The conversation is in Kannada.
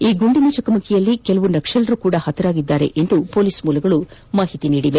ಈ ಗುಂಡಿನ ಚಕಮಕಿಯಲ್ಲಿ ಕೆಲವು ನಕ್ಪಲರು ಕೂಡ ಹತರಾಗಿದ್ದಾರೆ ಎಂದು ಪೊಲೀಸ್ ಮೂಲಗಳು ತಿಳಿಸಿದೆ